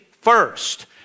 first